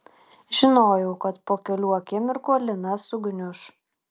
žinojau kad po kelių akimirkų lina sugniuš